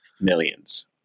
millions